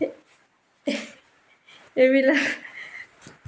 এইবিলাক